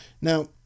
Now